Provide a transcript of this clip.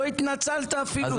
לא התנצלת אפילו.